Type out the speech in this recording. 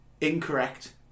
Incorrect